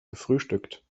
gefrühstückt